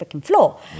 Floor